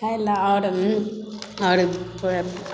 खाय लए आओर